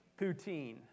poutine